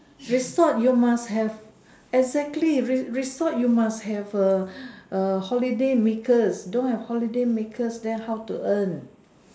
resort you must have exactly resort you must have err err holiday makers don't have holiday makers then how to earn